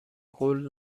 قول